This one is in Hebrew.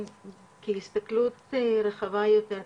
בהסתכלות רחבה יותר,